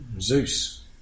Zeus